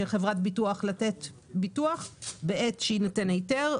חברת ביטוח לתת ביטוח בעת שיינתן היתר,